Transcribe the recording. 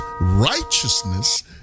righteousness